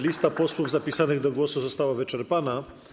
Lista posłów zapisanych do głosu została wyczerpana.